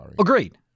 Agreed